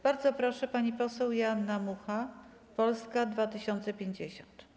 Bardzo proszę, pani poseł Joanna Mucha, Polska 2050.